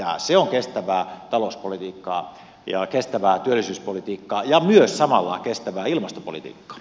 se on kestävää talouspolitiikkaa ja kestävää työllisyyspolitiikkaa ja myös samalla kestävää ilmastopolitiikkaa